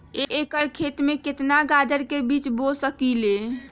एक एकर खेत में केतना गाजर के बीज बो सकीं ले?